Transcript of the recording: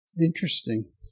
interesting